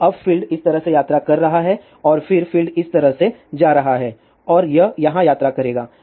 तो अब फील्ड इस तरह से यात्रा कर रहा है और फिर फील्ड इस तरह से जा रहा है और यह यहां यात्रा करेगा